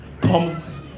comes